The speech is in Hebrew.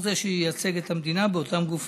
הוא זה שייצג את המדינה באותם גופים.